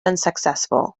unsuccessful